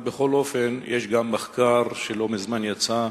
אבל בכל אופן יש גם מחקר שלא מזמן יצא,